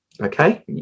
okay